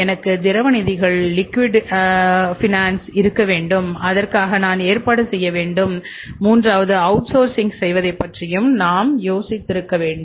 எனக்கு திரவ நிதிகள் இருக்க வேண்டும் அதற்காக நான் ஏற்பாடு செய்ய வேண்டும் மூன்றாவது அவுட்சோர்சிங் செய்வதைப் பற்றியும் நாம் யோசித்திருக்க வேண்டும்